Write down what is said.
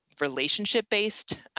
relationship-based